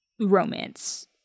romance